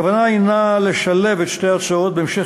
הכוונה היא לשלב את שתי ההצעות בהמשך